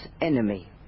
enemy